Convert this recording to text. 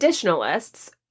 traditionalists